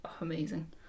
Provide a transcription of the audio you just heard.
amazing